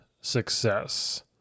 success